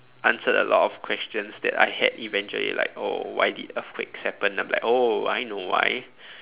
answered a lot of questions that I had eventually like oh why did earthquakes happen I'll be like oh I know why